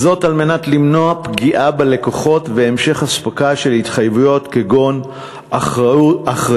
כדי למנוע פגיעה בלקוחות והמשך אספקה של התחייבויות כגון אחריות,